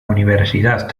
universidad